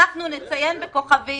אנחנו נציין בכוכבית